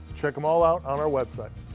check them all out on our website.